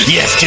Yes